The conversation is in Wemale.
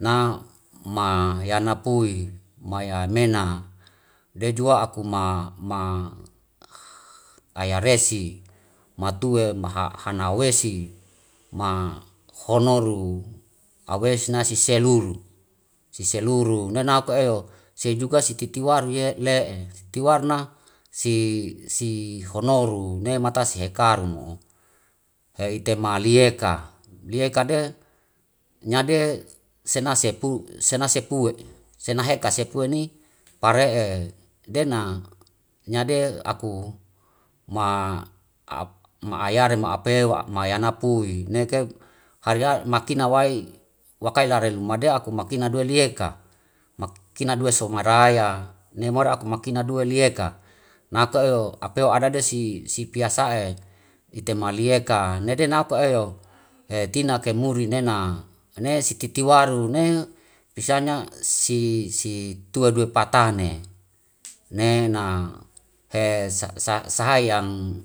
Nama yana pui ma yamena de jua aku ma ayaresi, matue hana wesi, mahono ru awe sina siseluru, siseluru nena ko eo sei juga sititi waru yele'e tiwarna si honoru nemata si hekarumo he itema liyeka. Liyeka de nyade sena sepue, sena heka sepue ni pare'e dena nyade aku ma anyare ma apewa mayana pui neke hari ha makina wai wakai lare luma de aku made aku makina due liyeke, madina due so maraya, nemaru aku makina due liyeka. Na ke'eo epewa adade si piasa'e ite maliyeka nede nau ke'eo tina kemuri nena ane sititiwaru ne pisanya si tue due patane. Nena he sayang